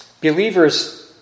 Believer's